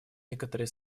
некоторые